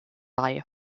bei